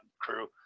crew